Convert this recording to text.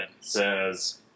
says –